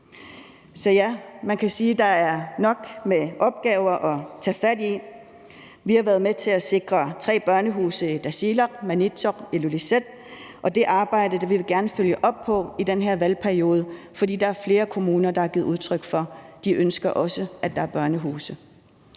Så ja, man kan sige, at der er nok opgaver at tage fat i. Vi har været med til at sikre tre børnehuse i Tasiilaq, Maniitsoq og Ilulissat, og det arbejde vil vi gerne følge op på i den her valgperiode, fordi der er flere kommuner, der har givet udtryk for, at de også ønsker at få børnehuse.